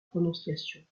prononciation